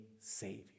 Savior